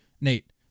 Nate